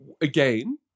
again